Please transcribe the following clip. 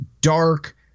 dark